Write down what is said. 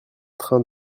train